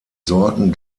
sorten